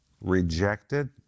rejected